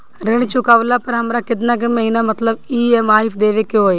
ऋण चुकावेला हमरा केतना के महीना मतलब ई.एम.आई देवे के होई?